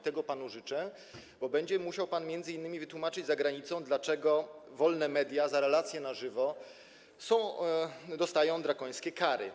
Tego panu życzę, bo będzie musiał pan m.in. wytłumaczyć za granicą, dlaczego wolne media za relację na żywo dostają drakońskie kary.